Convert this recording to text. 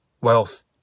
wealth